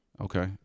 Okay